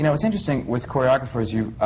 you know it's interesting, with choreographers, you